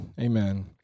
amen